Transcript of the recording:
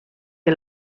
que